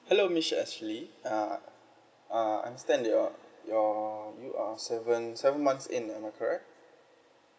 hello miss ashley uh uh understand your your you are seven seven months in uh am I correct